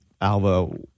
Alva